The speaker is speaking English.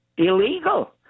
illegal